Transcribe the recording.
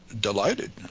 delighted